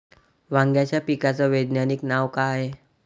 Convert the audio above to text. वांग्याच्या पिकाचं वैज्ञानिक नाव का हाये?